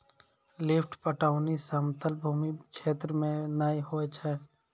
lift पटौनी समतल भूमी क्षेत्र मे नै होय छै